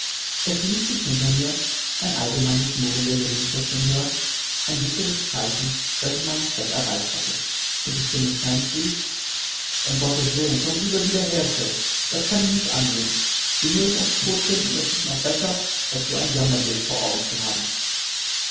es ließ sich hinter mir ein allgemeines murren der geringschätzung hören ein sicheres zeichen daß ich meinen zweck erreicht hatte und die stimme sams rief um gottes willen kommt lieber wieder her sir das kann ich nicht ansehen sie mögen uns tot schinden das ist noch besser als so ein jammerbild vor augen zu haben